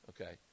Okay